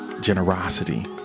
generosity